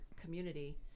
community